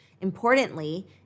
Importantly